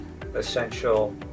essential